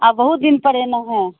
आउ बहुत दिन पर एलहुॅं हँ